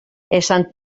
esan